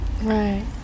right